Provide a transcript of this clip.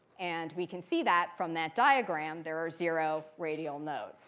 and we can see that from that diagram there are zero radial nodes